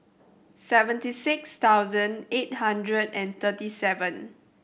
seventy six thousand eight hundred and thirty seven